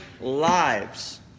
lives